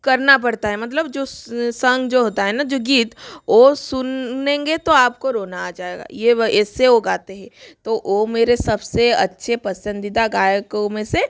करना पड़ता है मतलब जो सॉन्ग जो होता है ना जो गीत वो सुनेंगे तो आप को रोना आ जाएगा ये वो ऐसे वो गाते हैं तो वो मेरे सबसे अच्छे पसंदीदा गायकों में से